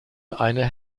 eine